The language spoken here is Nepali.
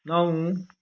नौ